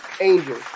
Angel